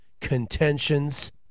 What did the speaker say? contentions